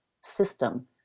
system